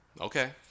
Okay